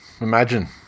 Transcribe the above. Imagine